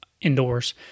indoors